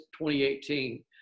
2018